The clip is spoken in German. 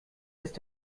ist